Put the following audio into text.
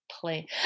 play